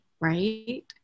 right